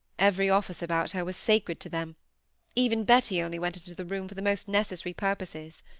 every office about her was sacred to them even betty only went into the room for the most necessary purposes.